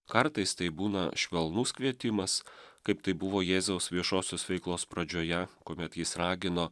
kartais tai būna švelnus kvietimas kaip tai buvo jėzaus viešosios veiklos pradžioje kuomet jis ragino